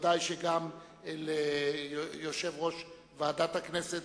בוודאי גם ליושב-ראש ועדת הכנסת